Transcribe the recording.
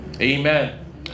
Amen